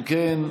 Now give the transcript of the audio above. אם כן,